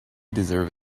deserve